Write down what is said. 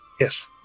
Yes